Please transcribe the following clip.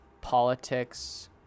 politics